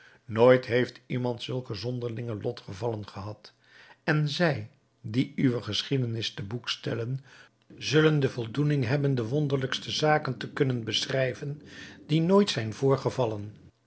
nooit heeft iemand zulke zonderlinge lotgevallen gehad en zij die uwe geschiedenis te boek stellen zullen de voldoening hebben de wonderlijkste zaken te kunnen beschrijven die nooit zijn voorgevallen